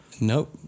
nope